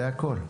זה הכל.